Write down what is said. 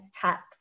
tap